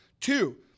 Two